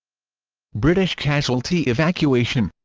british casualty evacuation